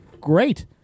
Great